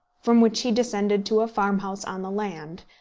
from which he descended to a farmhouse on the land,